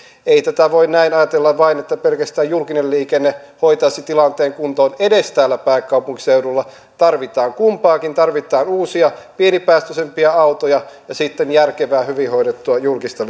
ei tätä voi näin ajatella vain että pelkästään julkinen liikenne hoitaa sen tilanteen kuntoon edes täällä pääkaupunkiseudulla tarvitaan kumpaakin tarvitaan uusia pienipäästöisempiä autoja ja sitten järkevää hyvin hoidettua julkista